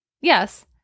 yes